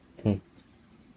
mm